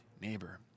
neighbor